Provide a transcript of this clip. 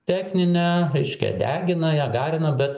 technine reiškia degina ją garina bet